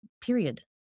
Period